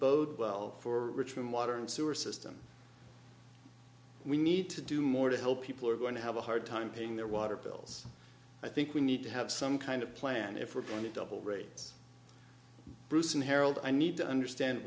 bode well for richmond water and sewer system we need to do more to help people are going to have a hard time paying their water bills i think we need to have some kind of plan if we're going to double rates bruce and harold i need to understand